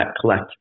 collect